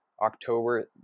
October